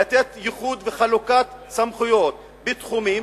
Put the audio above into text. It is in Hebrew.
לתת ייחוד וחלוקת סמכויות בתחומים,